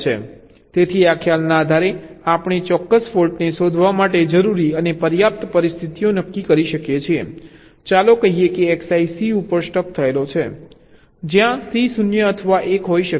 તેથી આ ખ્યાલના આધારે આપણે ચોક્કસ ફોલ્ટને શોધવા માટે જરૂરી અને પર્યાપ્ત પરિસ્થિતિઓ નક્કી કરી શકીએ છીએ ચાલો કહીએ કે Xi C ઉપર સ્ટક થયેલો છે જ્યાં C 0 અથવા 1 હોઈ શકે છે